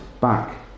back